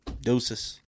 Deuces